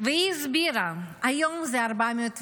והיא הסבירה: היום זה 409,